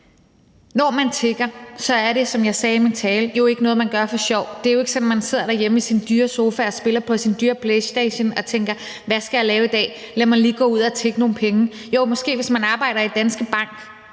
når man tigger, er det, som jeg sagde i min tale, jo ikke noget, man gør for sjov. Det er ikke sådan, at man sidder derhjemme i sin dyre sofa og spiller på sin dyre playstation og tænker, hvad skal jeg lave i dag, og lad mig lige gå ud og tigge nogle penge. Jo, måske hvis man arbejder i Danske Bank.